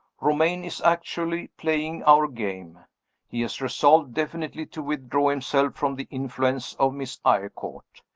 romayne is actually playing our game he has resolved definitely to withdraw himself from the influence of miss eyrecourt!